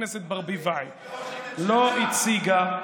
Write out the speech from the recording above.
חברת הכנסת ברביבאי לא הציגה,